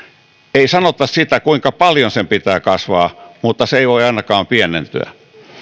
ei sanota sitä kuinka paljon sen pitää kasvaa mutta se ei voi ainakaan pienentyä